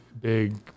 big